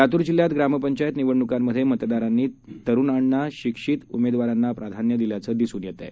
लातूरजिल्ह्यातग्रामपंचायतनिवडणुकांमधेमतदारांनीतरुणांना शिक्षितउमेदवारांनाप्राधान्यदिल्याचंदिसूनयेतआहे